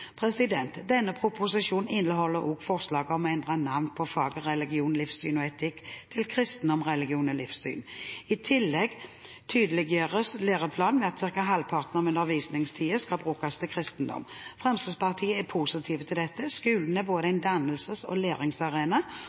resultat. Denne proposisjonen inneholder også forslag om å endre navn på faget religion, livssyn og etikk til kristendom, religion og livssyn. I tillegg tydeliggjøres læreplanen ved at ca. halvparten av undervisningstiden skal brukes til kristendom. Fremskrittspartiet er positiv til dette. Skolen er både en dannelses- og en læringsarena,